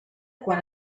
quan